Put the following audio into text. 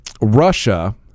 Russia